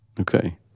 Okay